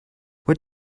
what